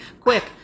Quick